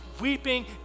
weeping